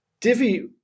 Divi